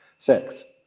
sex.